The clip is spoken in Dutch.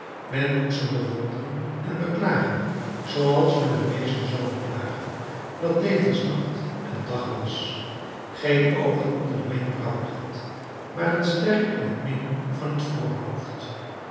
men moet ze bewonderen en beklagen zooals men een wezen zou beklagen dat tevens nacht en dag was geen oogen onder de wenkbrauwen had maar een ster in het midden van het voorhoofd